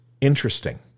interesting